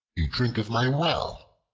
you drink of my well.